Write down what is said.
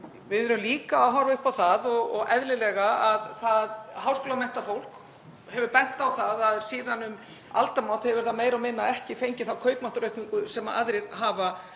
Við erum líka að horfa upp á það að eðlilega hefur háskólamenntað fólk bent á að síðan um aldamót hefur það meira og minna ekki fengið þá kaupmáttaraukningu sem aðrir hafa